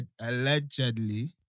allegedly